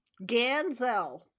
Ganzel